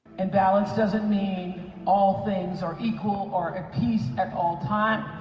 and balance doesn't mean all things are equal or at peace at all times.